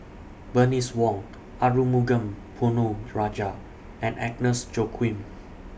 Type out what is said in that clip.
Bernice Wong Arumugam Ponnu Rajah and Agnes Joaquim